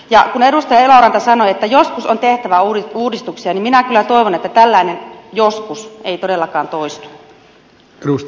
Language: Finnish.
ja kun edustaja eloranta sanoi että joskus on tehtävä uudistuksia niin minä kyllä toivon että tällainen joskus ei todellakaan toistu